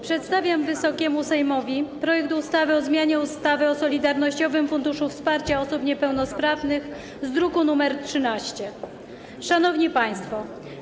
Przedstawiam Wysokiemu Sejmowi projekt ustawy o zmianie ustawy o Solidarnościowym Funduszu Wsparcia Osób Niepełnosprawnych z druku nr 13. Szanowni Państwo!